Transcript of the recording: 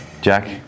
Jack